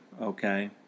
okay